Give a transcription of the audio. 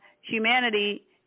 humanity